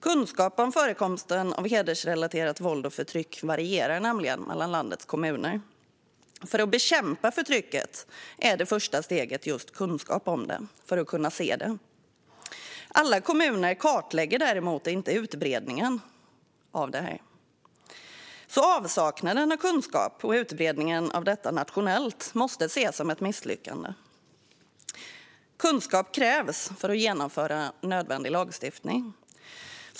Kunskapen om förekomsten av hedersrelaterat våld och förtryck varierar nämligen mellan landets kommuner. För att bekämpa förtrycket är det första steget just kunskap om det. Det behövs för att man ska kunna se det. Alla kommuner kartlägger däremot inte utbredningen av det hedersrelaterade våldet och förtrycket. Avsaknaden av kunskap och utredningen av detta nationellt måste ses som ett misslyckande. Kunskap krävs för att genomföra nödvändig lagstiftning.